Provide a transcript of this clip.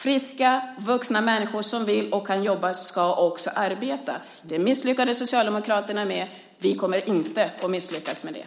Friska vuxna människor som vill och kan jobba ska också arbeta. Det misslyckades Socialdemokraterna med. Vi kommer inte att misslyckas med det.